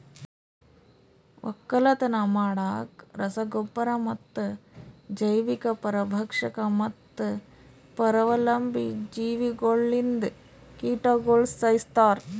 ಒಕ್ಕಲತನ ಮಾಡಾಗ್ ರಸ ಗೊಬ್ಬರ ಮತ್ತ ಜೈವಿಕ, ಪರಭಕ್ಷಕ ಮತ್ತ ಪರಾವಲಂಬಿ ಜೀವಿಗೊಳ್ಲಿಂದ್ ಕೀಟಗೊಳ್ ಸೈಸ್ತಾರ್